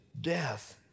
death